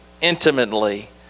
intimately